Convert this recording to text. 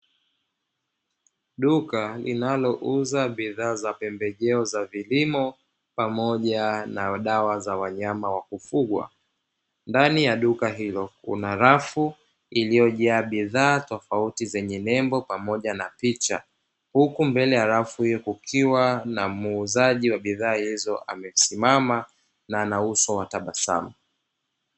Duka linalo uza bidhaa za pembejeo za vilimo pamoja na dawa za wanyama wa kufugwa ndani ya duka hilo kuna rafu iliyojaa bidhaa tofauti zenye nembo pamoja na picha, huku mbele ya rafu hiyo kukiwa na muuzaji wa bidhaa hizo amesimama na ana uso wa tabasamu.